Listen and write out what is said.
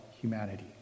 humanity